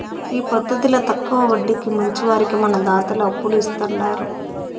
ఈ పద్దతిల తక్కవ వడ్డీకి మంచివారికి మన దాతలు అప్పులు ఇస్తాండారు